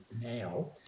now